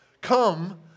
Come